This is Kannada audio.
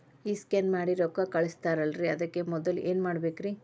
ಈ ಸ್ಕ್ಯಾನ್ ಮಾಡಿ ರೊಕ್ಕ ಕಳಸ್ತಾರಲ್ರಿ ಅದಕ್ಕೆ ಮೊದಲ ಏನ್ ಮಾಡ್ಬೇಕ್ರಿ?